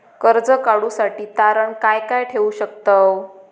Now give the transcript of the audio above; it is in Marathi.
कर्ज काढूसाठी तारण काय काय ठेवू शकतव?